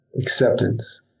acceptance